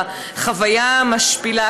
החוויה המשפילה,